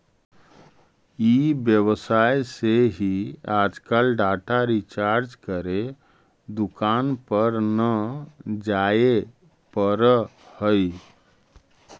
ई व्यवसाय से ही आजकल डाटा रिचार्ज करे दुकान पर न जाए पड़ऽ हई